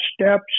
steps